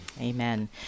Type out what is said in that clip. Amen